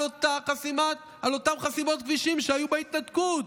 על אותן חסימות כבישים שהיו בהתנתקות.